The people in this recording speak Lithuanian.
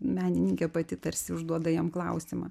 menininkė pati tarsi užduoda jam klausimą